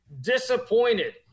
disappointed